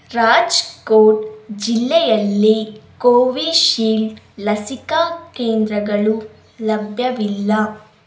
ರಾಜ್ಕೋಟ್ ಜಿಲ್ಲೆಯಲ್ಲಿ ಕೋವಿಶೀಲ್ಡ್ ಲಸಿಕಾ ಕೇಂದ್ರಗಳು ಲಭ್ಯವಿಲ್ಲ